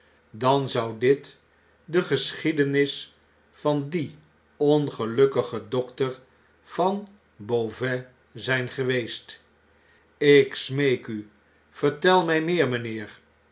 dan zou dit de geschiedenis van dien ongelukkigen dokter van beauvais zijn geweest ik smeek u vertel mij meer mynheer